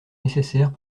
nécessaires